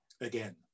again